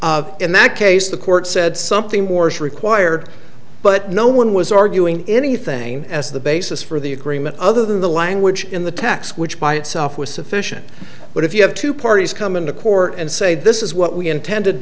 and that case the court said something morse required but no one was arguing anything as the basis for the agreement other than the language in the text which by itself was sufficient but if you have two parties come into court and say this is what we intended